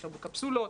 אפשר בקפסולות,